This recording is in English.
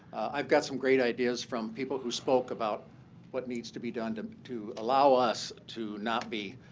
i've got some great ideas from people who spoke about what needs to be done to to allow us to not be